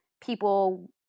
people